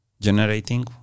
generating